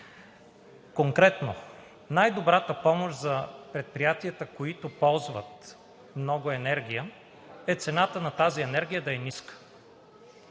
Конкретно. Най-добрата помощ за предприятията, които ползват много енергия, е цената на тази енергия да е ниска,